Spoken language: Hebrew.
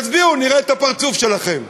תצביעו, נראה את הפרצופים שלכם.